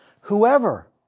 Whoever